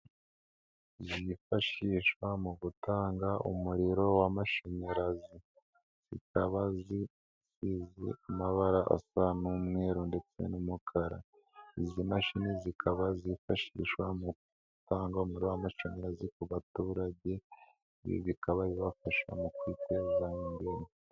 Zifashishwa mu gutanga umuriro w'amashanyarazi. Zikaba zizwi ku mabara asa n'umweru ndetse n'umukara. Izi mashini zikaba zifashishwa mu gutanga umuriro w'amashanyarazi ku baturage. Ibi bikabafasha mu kwiteza imbere.